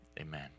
Amen